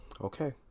Okay